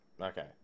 okay